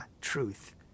truth